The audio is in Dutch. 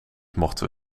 mochten